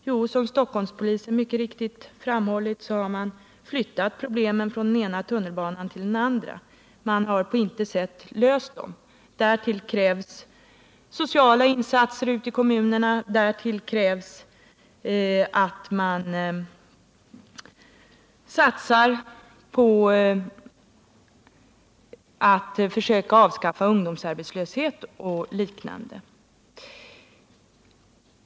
Jo, såsom Stockholmspolisen mycket riktigt framhåller har man flyttat problemen från den ena tunnelbanestationen till den andra. Man har på intet sätt löst dem. Vad som krävs är sociala insatser ute i kommunerna och att man satsar på att försöka avskaffa ungdomsarbetslösheten i landet.